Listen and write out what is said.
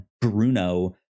bruno